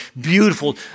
beautiful